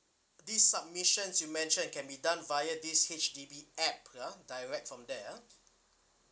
this submissions you mention can be done via this H_D_B app ah direct from there ah